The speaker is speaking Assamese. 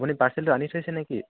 আপুনি পাৰ্চেলটো আনি থৈছেনে কি